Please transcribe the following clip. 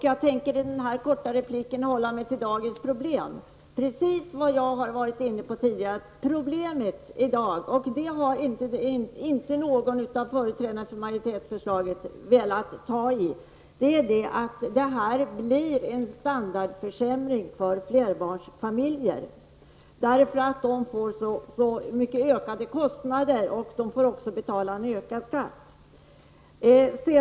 Jag tänker i denna korta replik hålla mig till dagens problem, till precis det som jag har varit inne på tidigare men som inte någon av företrädarna för majoritetsförslaget har velat ta upp, nämligen detta att det blir en standardförsämring för flerbarnsfamiljer, då de får så mycket högre kostnader och också får betala mera skatt.